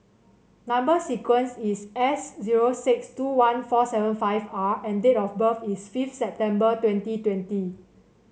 number sequence is S zero six two one four seven five R and date of birth is fifth September twenty twenty